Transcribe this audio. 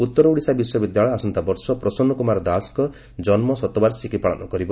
ଉତ୍ତର ଓଡ଼ିଶା ବିଶ୍ୱବିଦ୍ୟାଳୟ ଆସନ୍ତା ବର୍ଷ ପ୍ରଶନ୍ନ କୁମାର ଦାଶଙ୍କ ଜନ୍ମ ଶତବାର୍ଷିକୀ ପାଳନ କରିବ